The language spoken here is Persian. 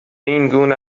اینگونه